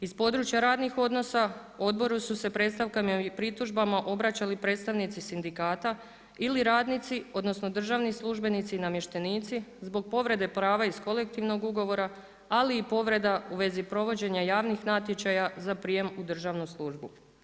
Iz područja radnih odnosa odboru su se predstavkama i pritužbama obraćali predstavnici sindikata ili radnici, odnosno državni službenici i namještenici zbog povrede prava iz kolektivnog ugovora, ali i povreda u vezi provođenja javnih natječaja za prijem u državnu službu.